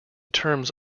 terms